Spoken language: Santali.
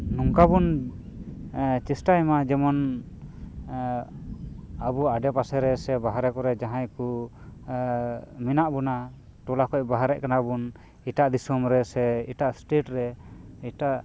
ᱱᱚᱝᱠᱟ ᱵᱚᱱ ᱪᱮᱥᱴᱟᱭ ᱢᱟ ᱡᱮᱢᱚᱱ ᱟᱵᱚ ᱟᱲᱮ ᱯᱟᱥᱮᱨᱮ ᱥᱮ ᱵᱟᱦᱨᱮ ᱠᱚᱨᱮ ᱡᱟᱦᱟᱸᱭ ᱠᱚ ᱢᱮᱱᱟᱜ ᱵᱚᱱᱟ ᱴᱚᱞᱟ ᱠᱷᱚᱱ ᱵᱟᱦᱨᱮᱜ ᱠᱟᱱᱟ ᱵᱚᱱ ᱮᱴᱟᱜ ᱫᱤᱥᱚᱢ ᱨᱮ ᱥᱮ ᱮᱴᱟᱜ ᱥᱴᱮᱴ ᱨᱮ ᱮᱴᱟᱜ